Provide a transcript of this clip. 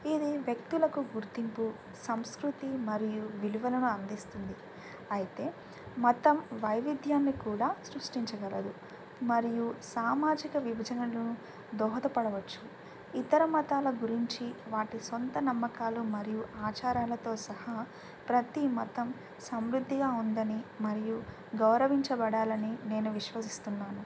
ఇది వ్యక్తులకు గుర్తింపు సంస్కృతి మరియు విలువలను అందిస్తుంది అయితే మతం వైవిధ్యాన్ని కూడా సృష్టించగలదు మరియు సామాజిక విభజనలను దోహదపడవచ్చు ఇతర మతాల గురించి వాటి సొంత నమ్మకాలు మరియు ఆచారాలతో సహా ప్రతిమతం సమృద్ధిగా ఉందని మరియు గౌరవించబడాలి అని నేను విశ్వసిస్తున్నాను